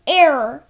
error